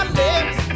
lips